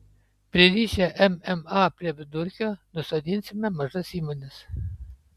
pririšę mma prie vidurkio nusodinsime mažas įmones